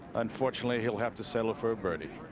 unfortunately, he'll have to settle for a birdie.